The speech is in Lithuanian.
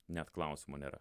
net klausimo nėra